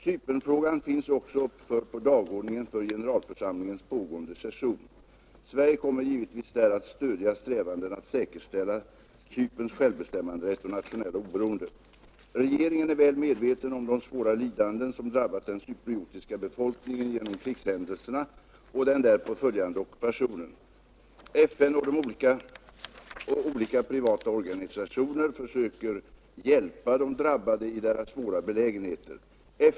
Cypernfrågan finns också uppförd på dagordningen för generalförsamlingens pågående session. Sverige kommer givetvis där att stödja strävanden att säkerställa Cyperns självbestämmanderätt och nationella oberoende. Regeringen är väl medveten om de svåra lidanden som drabbat den cypriotiska befolkningen genom krigshändelserna och den därpå följande ockupationen. FN och olika privata organisationer försöker hjälpa de drabbade i deras svåra belägenhet.